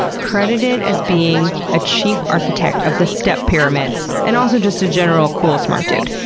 credited as being a chief architect of the step pyramids and also just a general cool smart dude.